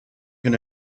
can